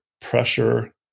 pressure